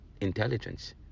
intelligence